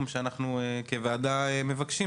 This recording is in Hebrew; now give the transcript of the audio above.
שאנחנו מבקשים כוועדה,